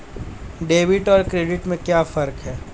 Debit और credit में क्या फर्क है?